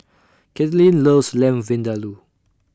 Caitlynn loves Lamb Vindaloo